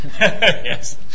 yes